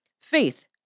Faith